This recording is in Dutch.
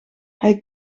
hij